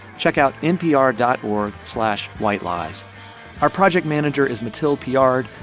check out npr dot org slash whitelies. our project manager is mathilde piard.